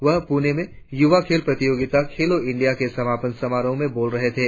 वह प्रणे में युवा खेल प्रतियोगिता खेलों इंडिया के समापन समारोह में बोल रहे थे